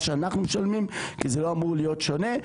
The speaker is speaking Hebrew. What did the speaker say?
שאנחנו משלמים כי זה לא אמור להיות שונה,